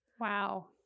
Wow